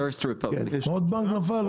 עוד בנק נפל?